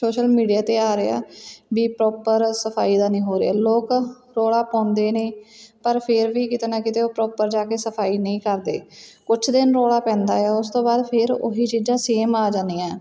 social media 'ਤੇ ਆ ਰਿਹਾ ਵੀ ਪ੍ਰੋਪਰ ਸਫਾਈ ਦਾ ਨਹੀਂ ਹੋ ਰਿਹਾ ਲੋਕ ਰੌਲਾ ਪਾਉਂਦੇ ਨੇ ਪਰ ਫੇਰ ਵੀ ਕਿਤੇ ਨਾ ਕਿਤੇ ਉਹ ਪ੍ਰੋਪਰ ਜਾ ਕੇ ਸਫਾਈ ਨਹੀਂ ਕਰਦੇ ਕੁਛ ਦਿਨ ਰੌਲਾ ਪੈਂਦਾ ਆ ਉਸ ਤੋਂ ਬਾਅਦ ਫਿਰ ਉਹੀ ਚੀਜ਼ਾਂ ਸੇਮ ਆ ਜਾਂਦੀਆਂ